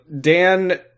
dan